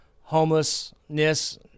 homelessness